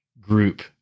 group